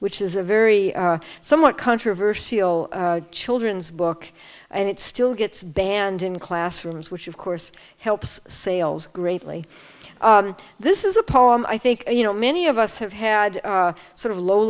which is a very somewhat controversial children's book and it still gets banned in classrooms which of course helps sales greatly this is a poem i think you know many of us have had sort of low